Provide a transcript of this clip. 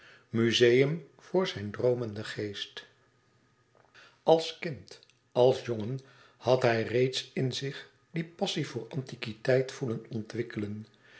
muzeum voor zijn droomenden geest als kind als jongen had hij reeds in zich die passie voor antiquiteit voelen ontwikkelen